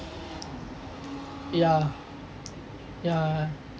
ya